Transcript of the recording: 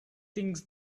things